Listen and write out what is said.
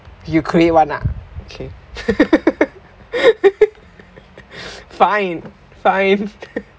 you create [one] ah okay fine fine